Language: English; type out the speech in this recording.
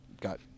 got